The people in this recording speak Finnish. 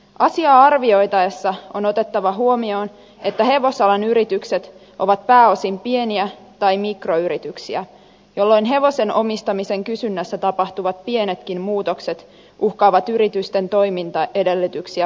asiaa arvioitaessa on otettava huomioon että hevosalan yritykset ovat pääosin pieniä tai mikroyrityksiä jolloin hevosen omistamisen kysynnässä tapahtuvat pienetkin muutokset uhkaavat yritysten toimintaedellytyksiä voimakkaasti